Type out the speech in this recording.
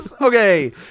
okay